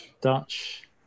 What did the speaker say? dutch